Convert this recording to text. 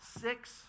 six